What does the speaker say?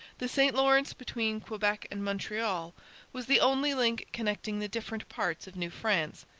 the st lawrence between quebec and montreal was the only link connecting the different parts of new france,